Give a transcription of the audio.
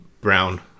brown